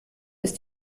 ist